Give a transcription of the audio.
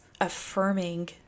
affirming